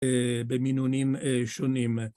‫במינונים שונים.